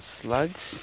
slugs